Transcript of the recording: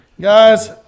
guys